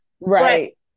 Right